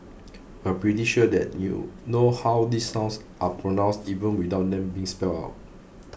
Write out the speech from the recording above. we are pretty sure you know how these sounds are pronounced even without them being spelled out